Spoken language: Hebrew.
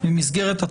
איתך לגמרי.